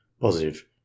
Positive